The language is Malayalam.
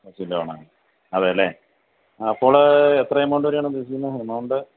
ഹൗസിങ്ങ് ലോൺ ആണ് അതെ അല്ലെ അപ്പോൾ എത്ര എമൗണ്ട് വരെയാണ് ഉദ്ദേശിക്കുന്നത് എമൗണ്ട്